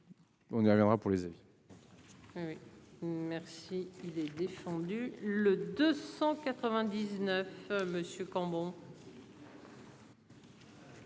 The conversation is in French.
On y reviendra pour les avions.